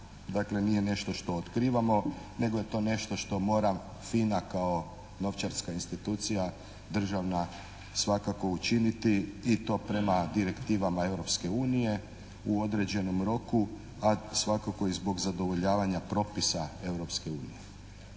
dakle nije nešto što otkrivamo nego je to nešto što mora FINA kao novčarska institucija državna svakako učiniti i to prema direktivama Europske unije u određenom roku, a svakako i zbog zadovoljavanja propisa